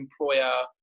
employer